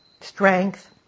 strength